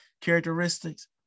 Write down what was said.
characteristics